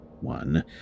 One